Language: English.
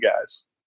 guys